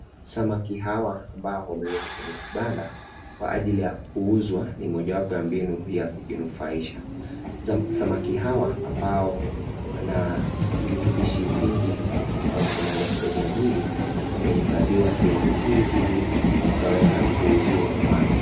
Samaki hawa ambao wamewekwa kwenye kibanda kwa ajili ya kuuzwa, ni moja ya mbinu ya kujinufaisha. Samaki hao ambao wana virutubishi vingi ambavo vinaweza kusaidia mwili wamehifadhiwa sehemu hii ili wakaweza kuuziwa watu.